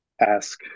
ask